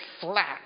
flat